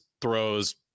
throws